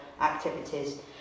activities